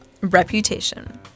Reputation